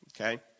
Okay